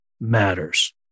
matters